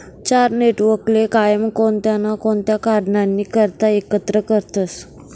चार नेटवर्कले कायम कोणता ना कोणता कारणनी करता एकत्र करतसं